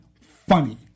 funny